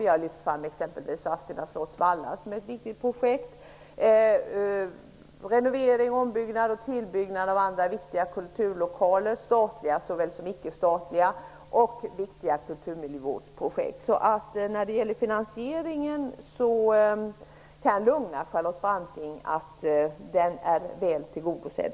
Vi har lyft fram t.ex. Vadstena slottsvallar som ett viktigt projekt, renovering, tillbyggnad och ombyggnad av andra viktiga kulturlokaler, statliga såväl som icke-statliga, samt viktiga kulturmiljöprojekt. När det gäller finansieringen kan jag alltså lugna Charlotte Branting. Den är väl tillgodosedd.